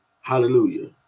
Hallelujah